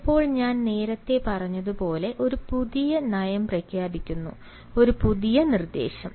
ചിലപ്പോൾ ഞാൻ നേരത്തെ പറഞ്ഞതുപോലെ ഒരു പുതിയ നയം പ്രഖ്യാപിക്കുന്നു ഒരു പുതിയ നിർദ്ദേശം